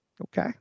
Okay